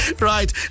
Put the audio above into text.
Right